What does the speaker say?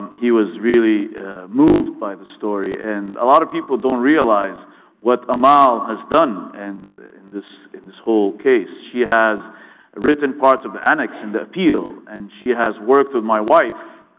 he was really moved by the story. and a lot of people don't realize what amal has done and in this in this whole case. mf she has written part of annex in the appeal and she has worked with my wife